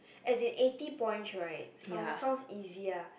as an eighty point right sound easier